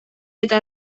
eta